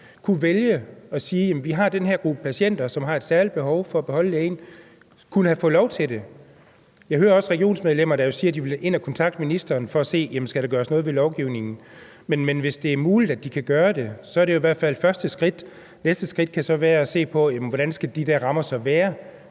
kunne vælge at sige: Den her gruppe patienter, som har et særligt behov for at beholde lægen, kunne have fået lov til det? Jeg hører også regionsmedlemmer, der jo siger, at de vil ind og have kontakt med ministeren for at høre, om der skal gøres noget ved lovgivningen. Hvis det er muligt, at de kan gøre det, er det jo i hvert fald første skridt. Næste skridt kan så være at se på: Hvordan skal de der rammer så være,